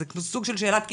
זה סוג של שאלת קיטבג.